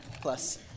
plus